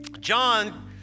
John